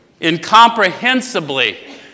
incomprehensibly